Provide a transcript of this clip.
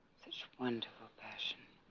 such wonderful passion